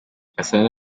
gasana